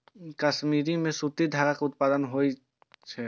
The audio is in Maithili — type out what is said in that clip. कश्मीर मे सूती धागा के उत्पादन सेहो होइत रहै